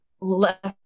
left